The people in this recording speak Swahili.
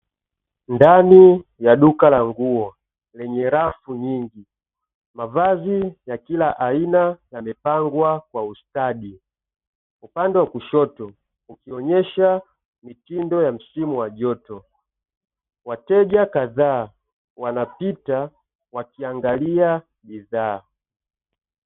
Ndani ya duka la nguo lenye rafu nyingi mavazi ya kila aina yamemepangwa kwa ustadi upande wa kushoto ukionyesha mitindo ya msimu wa joto wateja kadhaa wanapita wakiangalia bidhaa.